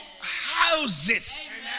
houses